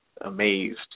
amazed